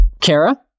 Kara